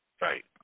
right